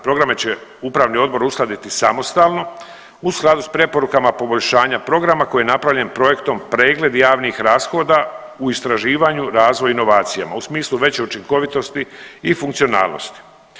Programe će upravni odbor uskladiti samostalno u skladu s preporukama poboljšanja programa koji je napravljen projektom pregled javnih rashoda u istraživanju, razvoj i inovacijama u smislu veće učinkovitosti i funkcionalnosti.